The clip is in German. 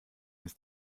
ist